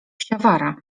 psiawiara